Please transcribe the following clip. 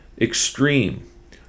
extreme